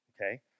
okay